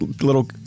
little